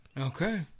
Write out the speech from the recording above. okay